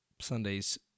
Sunday's